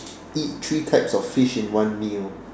eat three types of fish in one meal